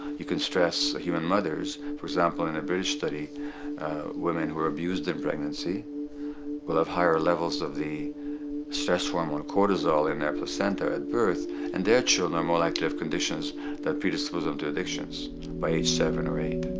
you can stress human mothers. for example, in a british study women who were abused in pregnancy will have higher levels of the stress hormone cortisol in their placenta at birth and their children are more likely to have conditions that predispose them to addictions by age seven or eight.